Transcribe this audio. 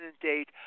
date